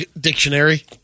dictionary